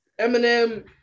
Eminem